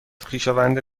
خویشاوند